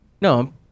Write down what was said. No